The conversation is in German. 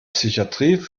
psychatrie